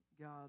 God